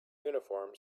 uniform